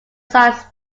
size